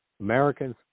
Americans